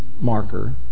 marker